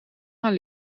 gaan